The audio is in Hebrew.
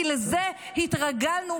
כי לזה התרגלנו,